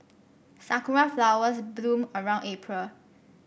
sakura flowers bloom around April